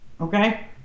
okay